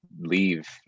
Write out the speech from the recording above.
leave